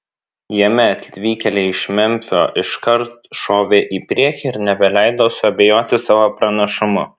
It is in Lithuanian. jame atvykėliai iš memfio iškart šovė į priekį ir nebeleido suabejoti savo pranašumu